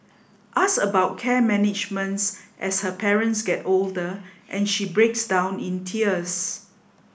ask about care managements as her parents get older and she breaks down in tears